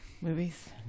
Movies